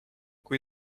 kui